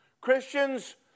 Christians